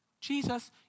Jesus